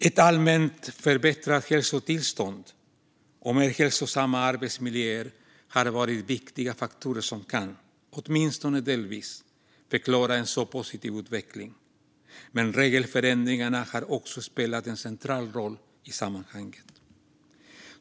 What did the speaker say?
Ett allmänt förbättrat hälsotillstånd och mer hälsosamma arbetsmiljöer har varit viktiga faktorer som åtminstone delvis kan förklara en så positiv utveckling. Men regelförändringarna har också spelat en central roll i sammanhanget.